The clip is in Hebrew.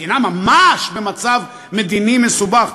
מדינה ממש במצב מדיני מסובך,